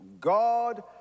God